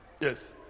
yes